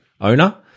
owner